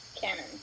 canon